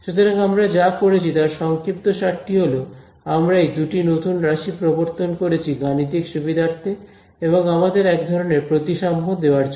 সুতরাং আমরা যা করেছি তার সংক্ষিপ্তসারটি হল আমরা এই দুটি নতুন রাশি প্রবর্তন করেছি গাণিতিক সুবিধার্থে এবং আমাদের এক ধরণের প্রতিসাম্য দেওয়ার জন্য